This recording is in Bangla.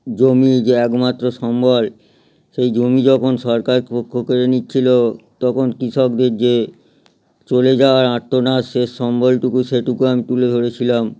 জমি যে একমাত্র সম্বল সেই জমি যখন সরকার কো কো কেড়ে নিচ্ছিলো তখন কৃষকদের যে চলে যাওয়ার আর্তনাদ শেষ সম্বলটুকু সেটুকু আমি তুলে ধরেছিলাম